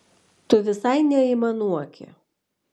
tu visai neaimanuoki